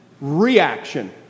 reaction